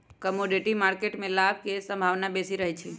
commodity market में लाभ के संभावना बेशी रहइ छै